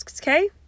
okay